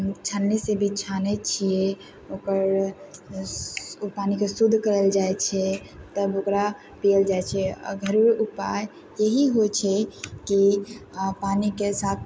छननी से भी छानै छियै ओकर ओ पानीके शुद्ध करला चाहै छियै तब ओकरा पियल जाइ छै आ घरेलु उपाय यही होइ छै कि पानिके साफ